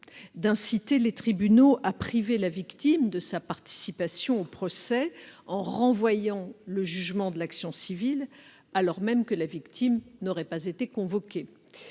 d'inciter les tribunaux à priver la victime de sa participation au procès, en renvoyant le jugement de l'action civile, alors même que la victime n'aurait pas été convoquée.